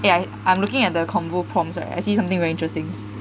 yeah I I'm looking at the Congo prompts right I see something very interesting